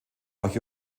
auch